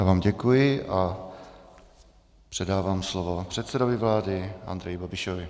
Já vám děkuji a předávám slovo předsedovi vlády Andreji Babišovi.